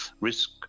risk